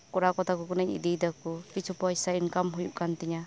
ᱠᱚᱨᱟᱣ ᱠᱟᱛᱟᱠᱩ ᱠᱟᱹᱱᱟᱹᱧ ᱤᱫᱤᱭᱮᱫᱟ ᱠᱩ ᱠᱤᱪᱷᱩ ᱯᱚᱭᱥᱟ ᱤᱱᱠᱟᱢ ᱦᱩᱭᱩᱜ ᱠᱟᱱᱛᱤᱧᱟᱹ